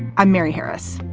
i'm mary harris.